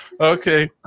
Okay